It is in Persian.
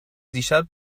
دیشب